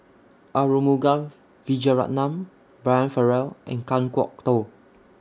Arumugam Vijiaratnam Brian Farrell and Kan Kwok Toh